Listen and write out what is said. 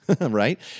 right